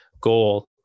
goal